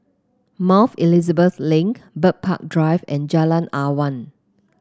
Mount Elizabeth Link Bird Park Drive and Jalan Awan